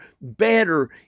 better